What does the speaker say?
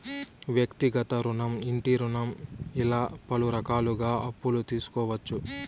వ్యక్తిగత రుణం ఇంటి రుణం ఇలా పలు రకాలుగా అప్పులు తీసుకోవచ్చు